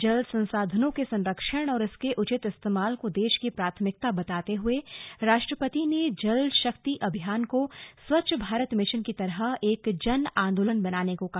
जल संसाधनों के संरक्षण और इसके उचित इस्तेमाल को देश की प्राथमिकता बताते हुए राष्ट्रपति ने जल शक्ति अभियान को स्वच्छ भारत मिशन की तरह एक जन आन्दोलन बनाने को कहा